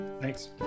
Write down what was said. Thanks